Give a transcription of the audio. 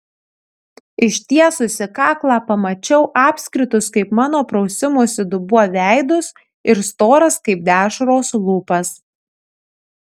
ištiesusi kaklą pamačiau apskritus kaip mano prausimosi dubuo veidus ir storas kaip dešros lūpas